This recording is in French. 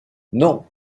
non